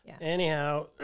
Anyhow